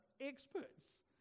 experts